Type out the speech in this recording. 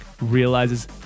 realizes